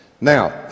Now